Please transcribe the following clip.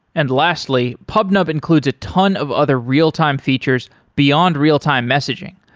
and lastly, pubnub includes a ton of other real-time features beyond real-time messaging,